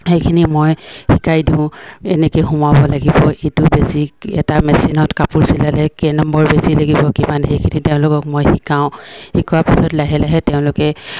সেইখিনি মই শিকাই দিওঁ এনেকে সোমাব লাগিব এইটো বেছি এটা মেচিনত কাপোৰ চিলালে কেই নম্বৰ বেজি লাগিব কিমান সেইখিনি তেওঁলোকক মই শিকাওঁ শিকোৱাৰ পিছত লাহে লাহে তেওঁলোকে